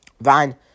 Vine